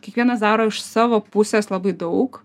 kiekvienas daro iš savo pusės labai daug